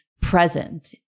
present